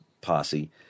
posse